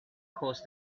caused